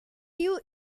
due